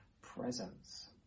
presence